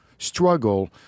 struggle